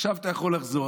עכשיו אתה יכול לחזור.